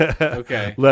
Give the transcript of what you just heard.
okay